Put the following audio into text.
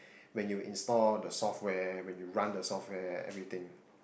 when you install the software when you run the software everything